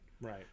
Right